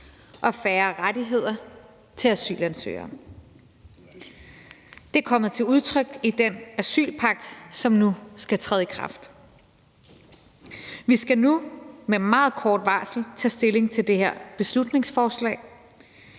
og færre rettigheder til asylansøgere. Det kommer til udtryk i den asylpagt, som nu skal træde i kraft. Vi skal nu med meget kort varsel tage stilling til det her beslutningsforslag,